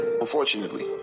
unfortunately